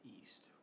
East